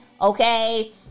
Okay